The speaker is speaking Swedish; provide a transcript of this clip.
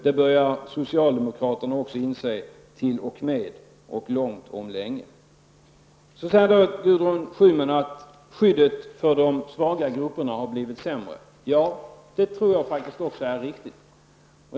Det börjar t.o.m. socialdemokraterna inse långt om länge. Gudrun Schyman sade att skyddet för de svaga grupperna har blivit sämre. Det tror jag också är riktigt.